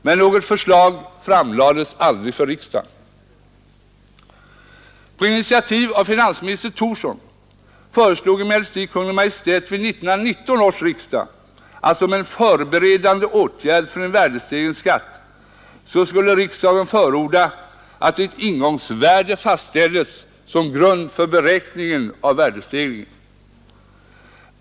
Men något förslag framlades aldrig för riksdagen. På initiativ av finansminister Thorsson föreslog emellertid Kungl. Maj:t vid 1919 års riksdag att som förberedande åtgärd för en värdestegringsskatt skulle riksdagen förorda att ett ingångsvärde fastställdes som grund för beräkningen av värdestegringen.